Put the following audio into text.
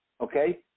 okay